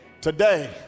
Today